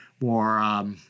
more